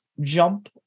jump